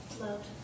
Loved